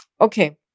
Okay